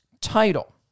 title